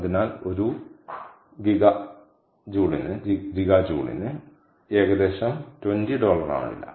അതിനാൽ ഒരു ഗിഗാജൂളിന് ഏകദേശം 20 ഡോളറാണ് വില